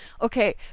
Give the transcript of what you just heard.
Okay